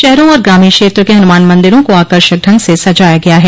शहरों और ग्रामीण क्षेत्र के हनुमान मंदिरों को आकर्षक ढग से सजाया गया है